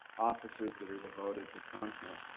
offices that are devoted to content.